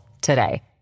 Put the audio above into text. today